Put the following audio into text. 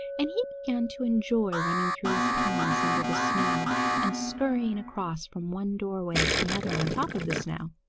and he began to enjoy running through his tunnels under the snow and scurrying across from one doorway to another on top of the snow,